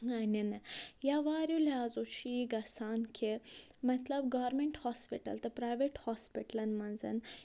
نِنہٕ یا واریاہو لہٰذو چھِ یہِ گژھان کہِ مطلب گورمٮ۪نٛٹ ہاسپِٹَل تہٕ پرٛیویٹ ہاسپِٹلَن منٛز